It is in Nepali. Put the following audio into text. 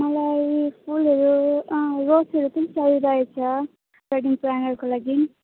मलाई फुलहरू अँ रोजहरू पनि चाहिइरहेछ वेडिङ प्लानहरूको लागि